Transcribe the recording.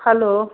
hello